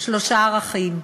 שלושה ערכים: